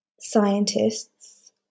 scientists